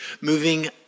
moving